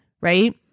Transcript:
right